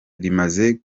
rimaze